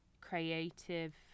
creative